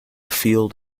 field